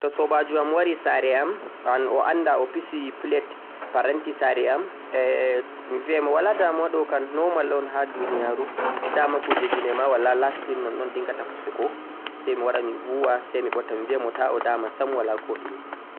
to soobaajo am wari saare am, annd o annda o pusi plates, paranti saare am, humming, mi biyay ɓe walaa damuwa ɗo kam normal un ha duuniyaaru, dama kuujeeeji may ma walaa lasting, nonnon dinngata pusugo, say mi wara mi bu'wa, say mi ɓotta mi biya mo ta o dama sam walaa ko ɗume.